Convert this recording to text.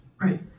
Right